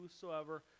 whosoever